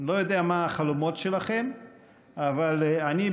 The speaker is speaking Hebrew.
אני לא יודע מה החלומות שלכם אבל אני,